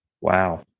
wow